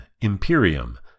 Imperium